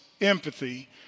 empathy